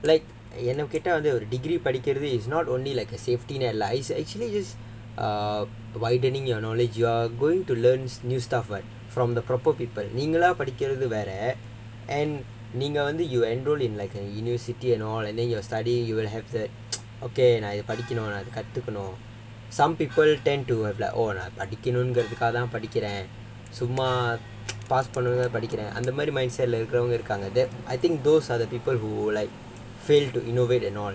like என்ன கேட்டா ஒரு:enna kettaa oru degree particularly is not only like a safety net lah it's actually just err widening your knowledge you're going to learn new stuff what from the proper people நீங்களா படிக்கறது வேற:neengalaa padikkarathu vera you enroll in like a university and all and then your study you will have that okay நான் இதை படிக்கனும் இது கத்துக்கனும்:naan idha padikkanum idha kathukkanum some people tend to have all lah படிக்கனும்னு கிறதுக்காகத்தான் படிக்கிறேன் சும்மா:padikkanum grathukkaagathaan padikkiraen summa I think those are the people who like failed to innovate and all